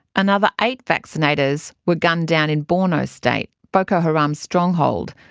another eight vaccinators were gunned down in borno state, boko haram's stronghold,